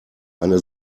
eine